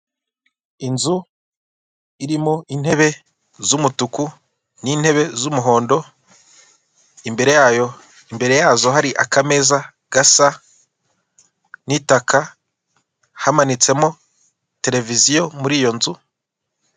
Inzu irimo intebe z'umutuku n'intebe z'umuhondo, imbere hazo hari akameza gasa n'itaka hamanitsemo tereviziyo muri iyo nzu.